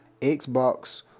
Xbox